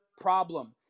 problem